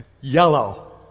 Yellow